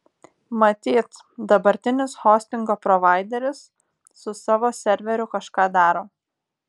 matyt dabartinis hostingo provaideris su savo serveriu kažką daro